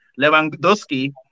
Lewandowski